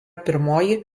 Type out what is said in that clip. pirmoji